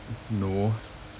no